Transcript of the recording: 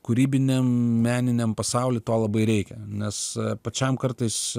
kūrybiniam meniniam pasauliui to labai reikia nes pačiam kartais